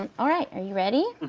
and alright, are you ready?